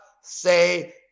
say